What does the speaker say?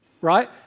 Right